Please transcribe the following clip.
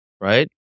right